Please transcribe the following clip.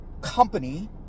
company